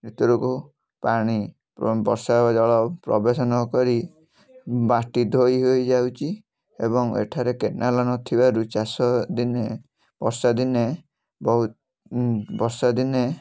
ଭିତରକୁ ପାଣି ପ୍ର ବର୍ଷା ଜଳ ପ୍ରବେଶ ନ କରି ମାଟି ଧୋଇ ହୋଇ ଯାଉଛି ଏବଂ ଏଠାରେ କେନାଲ ନ ଥିବାରୁ ଚାଷଦିନେ ବର୍ଷାଦିନେ ବହୁତ ବର୍ଷାଦିନେ